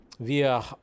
via